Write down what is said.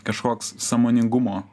kažkoks sąmoningumo